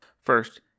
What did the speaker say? First